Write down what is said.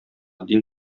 дин